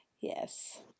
Yes